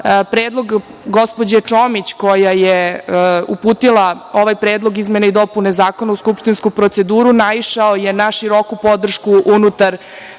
predlog gospođe Čomić, koja je uputila ovaj predlog izmene i dopune zakona u skupštinsku proceduru, naišao je na široku podršku unutar